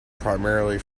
primarily